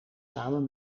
samen